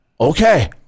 okay